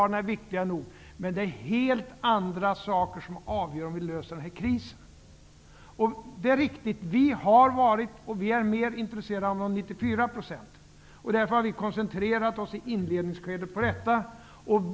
De är viktiga nog, men det är helt andra saker som avgör om vi skall kunna lösa den här krisen. Det är riktigt att vi har varit och är mer intresserade av de 94 % som återstår. Därför har vi i inledningsskedet koncentrerat oss på detta.